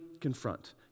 confront